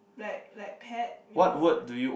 like like pet you know